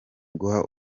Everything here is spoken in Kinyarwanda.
guha